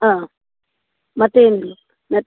ಹಾಂ ಮತ್ತೇನಿಲ್ಲ ಮತ್ತು